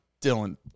Dylan